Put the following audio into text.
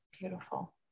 Beautiful